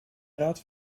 raad